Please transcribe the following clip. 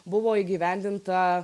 buvo įgyvendinta